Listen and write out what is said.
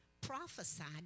prophesied